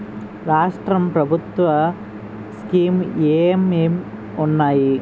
రాష్ట్రం ప్రభుత్వ స్కీమ్స్ ఎం ఎం ఉన్నాయి?